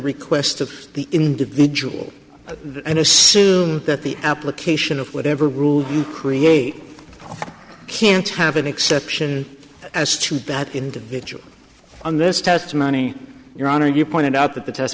request of the individual and assume that the application of whatever rules you create can't have an exception as to bad individual on this testimony your honor you pointed out that the test